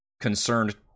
concerned